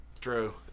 True